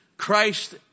Christ